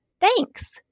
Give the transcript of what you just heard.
thanks